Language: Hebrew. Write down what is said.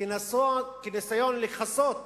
כניסיון לכסות